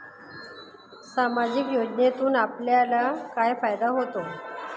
सामाजिक योजनेतून आपल्याला काय फायदा होतो?